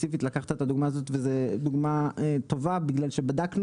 ספציפית לקחת את הדוגמא הזאת וזה דוגמא טובה בגלל שבדקנו